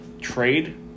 trade